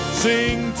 sing